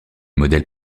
modèles